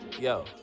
yo